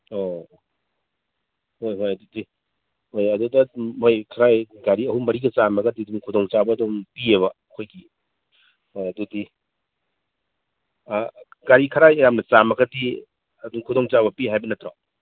ꯑꯣ ꯍꯣꯏ ꯍꯣꯏ ꯑꯗꯨꯗꯤ ꯍꯣꯏ ꯑꯗꯨꯗ ꯑꯗꯨꯝ ꯃꯣꯏ ꯈꯔ ꯒꯥꯔꯤ ꯑꯍꯨꯝ ꯃꯔꯤꯀ ꯆꯥꯝꯃꯒꯗꯤ ꯑꯗꯨꯝ ꯈꯨꯗꯣꯡꯆꯥꯕ ꯑꯗꯨꯝ ꯄꯤꯌꯦꯕ ꯑꯩꯈꯣꯏꯒꯤ ꯑꯗꯨꯗꯤ ꯒꯥꯔꯤ ꯈꯔ ꯌꯥꯝꯅ ꯆꯥꯝꯃꯒꯗꯤ ꯑꯗꯨꯝ ꯈꯨꯗꯣꯡꯆꯥꯕ ꯄꯤ ꯍꯥꯏꯕ ꯅꯠꯇ꯭ꯔꯣ